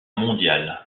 mondiale